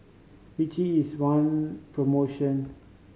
Vichy is one promotion